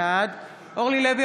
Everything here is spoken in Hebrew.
בעד אורלי לוי